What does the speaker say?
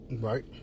Right